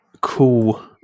cool